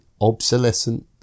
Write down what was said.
obsolescent